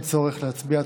אין צורך להצביע.